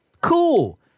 cool